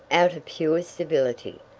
out of pure civility.